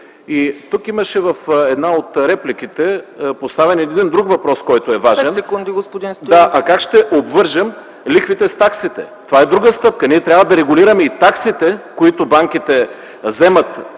И тук имаше в една от репликите поставен един друг въпрос, който е важен: как ще обвържем лихвите с таксите? Това е друга стъпка. Ние трябва да регулираме и таксите, които банките вземат,